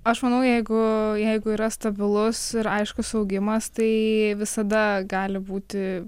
aš manau jeigu jeigu yra stabilus ir aiškus augimas tai visada gali būti